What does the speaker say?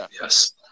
yes